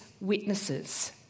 witnesses